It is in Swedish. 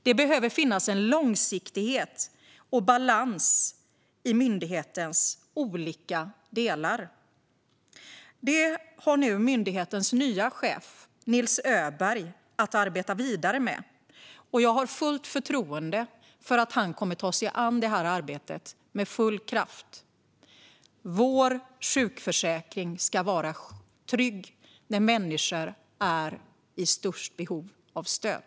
Det behöver finnas långsiktighet och balans i myndighetens olika delar. Detta har myndighetens nye chef Nils Öberg att arbeta vidare med, och jag har fullt förtroende för att han kommer att ta sig an detta arbete med full kraft. Vår sjukförsäkring ska vara trygg när människor är i störst behov av stöd.